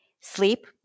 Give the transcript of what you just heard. sleep